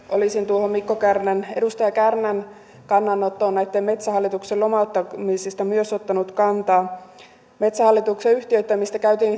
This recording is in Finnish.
olisin tuohon edustaja kärnän kannanottoon metsähallituksen lomauttamisista myös ottanut kantaa metsähallituksen yhtiöittämisestä käytiin